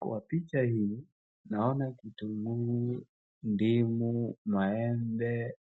Kwa picha hii naona kitunguu ,ndimu ,maembe ,